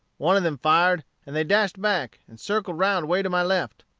one of them fired, and they dashed back, and circled round way to my left.